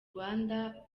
rwanda